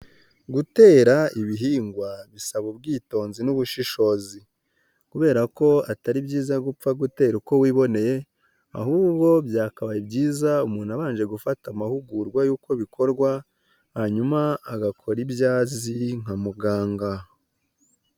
Gutera ibihingwa bisaba ubwitonzi n'ubushishozi ,kubera ko atari byiza gupfa gutera uko wiboneye ,ahubwo byakabaye byiza umuntu abanje gufata amahugurwa y'uko bikorwa ,hanyuma agakora ibyo azi nka muganga.